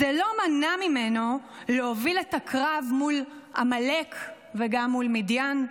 זה לא מנע ממנו להוביל את הקרב מול עמלק וגם מול מדיין.